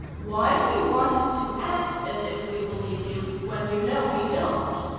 why do you want us to act as if we believe you, when you know we don't?